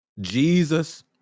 Jesus